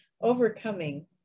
overcoming